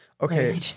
Okay